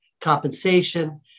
compensation